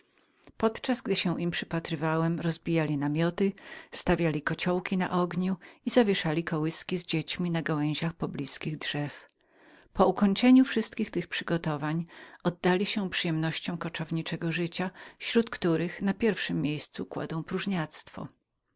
podczas gdy się im przypatrywałem rozbijali namioty stawiali kociołki na ogniu i zawieszali kołyski z dziećmi na gałęziach poblizkich drzew po ukończeniu wszystkich tych przygotowań oddali się przyjemnościom koczującego życia śród których na pierwszem miejscu kładą próżniactwo